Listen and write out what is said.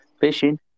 Fishing